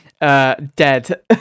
Dead